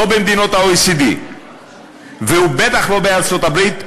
לא במדינות ה-OECD ובטח לא בארצות-הברית,